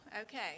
Okay